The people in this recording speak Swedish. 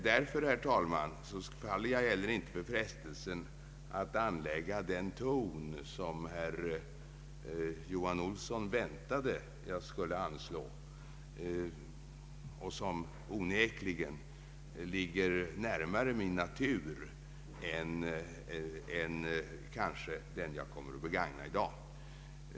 Därför, herr talman, faller jag inte heller för frestelsen att anlägga den ton som herr Johan Olsson väntade sig och som onekligen ligger närmare min natur än den jag kommer att begagna i dag.